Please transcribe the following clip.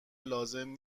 لازم